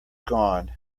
gone